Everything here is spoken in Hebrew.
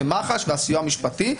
מח"ש והסיוע המשפטי,